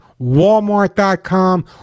walmart.com